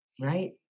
right